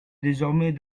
désormais